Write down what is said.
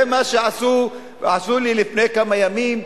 זה מה שעשו לי לפני כמה ימים.